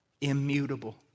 Immutable